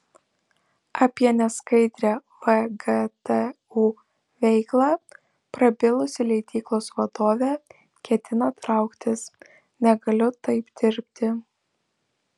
apie neskaidrią vgtu veiklą prabilusi leidyklos vadovė ketina trauktis negaliu taip dirbti